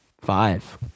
five